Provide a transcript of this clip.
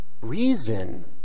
reason